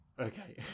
Okay